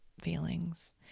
feelings